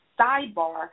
Sidebar